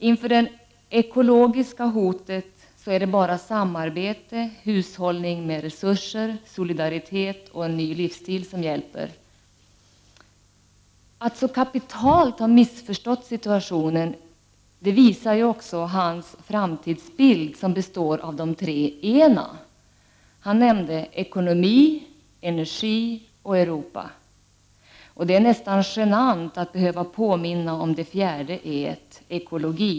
Inför det ekologiska hotet är det bara samarbete, hushållning med resurser, solidaritet och en ny livsstil som hjälper. Att han så kapitalt har missförstått situationen visar också Lars Tobissons framtidsbild, som består av de tre E-na. Han nämnde ekonomi, energi och Europa. Det är nästan genant att behöva påminna om det fjärde E-et, nämligen ekologi.